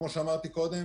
כמו שאמרתי קודם